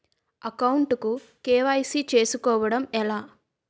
Account కు KYC చేసుకోవడం ఎలా?